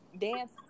dance